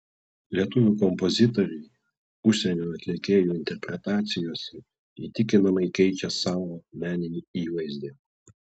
lietuvių kompozitoriai užsienio atlikėjų interpretacijose įtikinamai keičia savo meninį įvaizdį